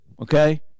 okay